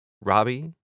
Robbie